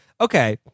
okay